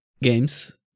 games